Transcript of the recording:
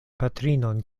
patrinon